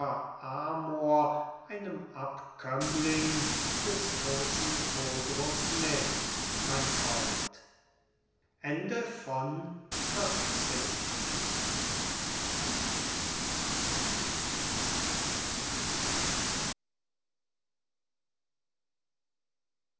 amor einem abkömmling des großen kodrus mit mein freund xv